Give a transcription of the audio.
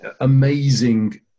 amazing